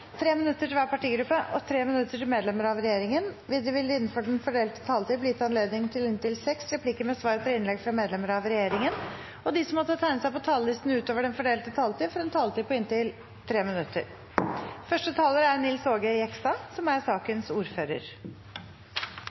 minutter til hver partigruppe og 5 minutter til medlemmer av regjeringen. Videre vil det – innenfor den fordelte taletid – bli gitt anledning til inntil fem replikker med svar etter innlegg fra medlemmer av regjeringen, og de som måtte tegne seg på talerlisten utover den fordelte taletid, får en taletid på inntil 3 minutter. Komiteen har behandlet disse to representantforslagene under ett. Det er en samlet komité som